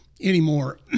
anymore